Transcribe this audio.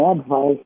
advice